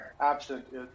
absent